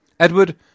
Edward